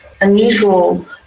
unusual